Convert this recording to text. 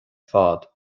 fad